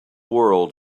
world